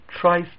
tries